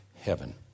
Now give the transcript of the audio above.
heaven